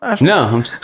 No